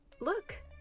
Look